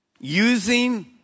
using